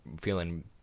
feeling